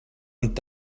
und